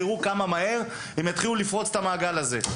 אתם תראו כמה מהר הם יתחילו לפרוץ את המעגל הזה.